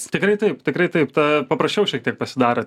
tikrai taip tikrai taip tą paprasčiau šiek tiek pasidaro